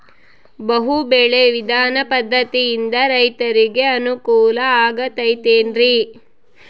ಬಹು ಬೆಳೆ ವಿಧಾನ ಪದ್ಧತಿಯಿಂದ ರೈತರಿಗೆ ಅನುಕೂಲ ಆಗತೈತೇನ್ರಿ?